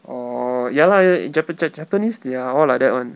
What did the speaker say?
orh ya lah ya japa~ japanese they are all like that [one]